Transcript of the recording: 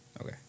Okay